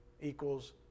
equals